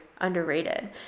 underrated